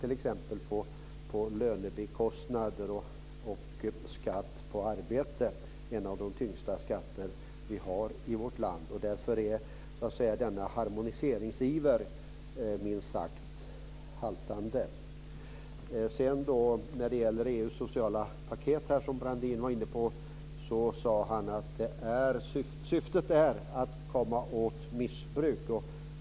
Det gäller t.ex. lönekostnader och skatt på arbete, en av de tyngsta skatter vi har i vårt land. Därför är denna harmoniseringsiver minst sagt haltande. Sedan var Brandin inne på EU:s sociala paket. Han sade att syftet är att komma åt missbruk.